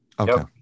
Okay